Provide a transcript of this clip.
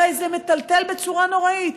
הרי זה מטלטל בצורה נוראית.